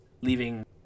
leaving